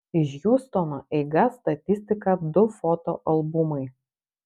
iš hjustono eiga statistika du foto albumai